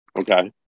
Okay